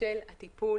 של הזה של הטיפול,